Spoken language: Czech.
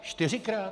Čtyřikrát?